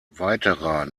weiterer